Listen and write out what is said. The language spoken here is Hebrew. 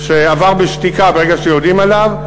שעבר בשתיקה ברגע שיודעים עליו,